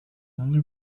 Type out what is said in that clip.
only